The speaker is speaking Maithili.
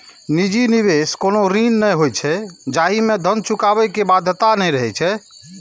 निजी निवेश कोनो ऋण नहि होइ छै, जाहि मे धन चुकाबै के बाध्यता नै रहै छै